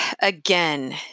again